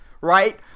right